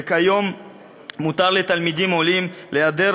וכיום מותר לתלמידים עולים להיעדר